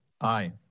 Aye